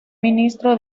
ministro